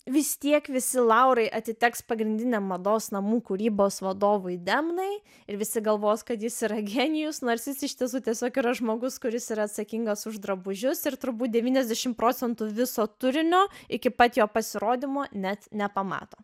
vis tiek visi laurai atiteks pagrindiniam mados namų kūrybos vadovui demnai ir visi galvos kad jis yra genijus nors jis iš tiesų tiesiog yra žmogus kuris yra atsakingas už drabužius ir turbūt devyniasdešim procentų viso turinio iki pat jo pasirodymo net nepamato